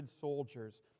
soldiers